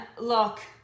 Look